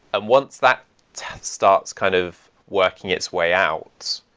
and once that starts kind of working its way out,